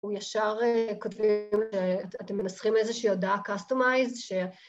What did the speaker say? הוא ישר כותב, אתם מנסחים איזושהי הודעה customize ש...